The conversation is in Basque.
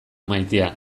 maitea